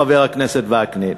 חבר הכנסת וקנין.